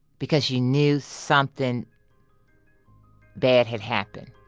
because you knew something bad had happened